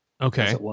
Okay